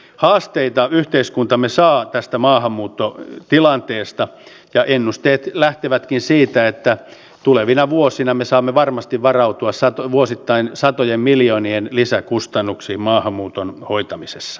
haasteita yhteiskuntamme saa tästä maahanmuuttotilanteesta ja ennusteet lähtevätkin siitä että tulevina vuosina me saamme varmasti varautua vuosittain satojen miljoonien lisäkustannuksiin maahanmuuton hoitamisessa